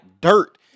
dirt